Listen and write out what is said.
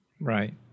Right